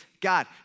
God